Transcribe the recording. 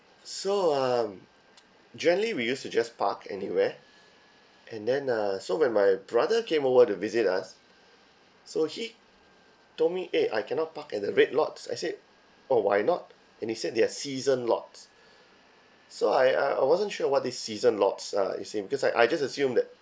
so um generally we used to just park anywhere and then uh so when my brother came over to visit us so he told me eh I cannot park at the red lots I said oh why not and he said they are season lots so I I I wasn't sure what these season lots are you see because I I just assumed that